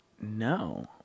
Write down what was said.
No